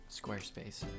Squarespace